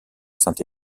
saint